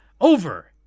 over